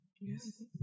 Yes